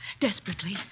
Desperately